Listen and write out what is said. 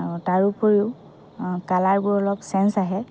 আৰু তাৰ উপৰিও কালাৰবোৰ অলপ চেঞ্জ আহে